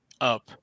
up